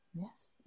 Yes